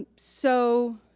ah so,